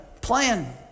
plan